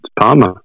Palmer